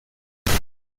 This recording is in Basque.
argi